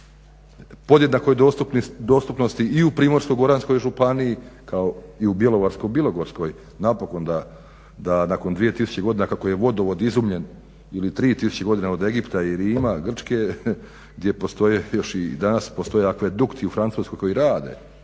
podjednako je dostupnosti i u Primorsko-goranskoj županiji kao i u Bjelovarsko-bilogorskoj napokon da nakon dvije tisuće godina kako je vodovod izumljen ili tri tisuće godina od Egipta ili ima Grčke gdje postoje još i danas akvadukti u Francuskoj koji rade,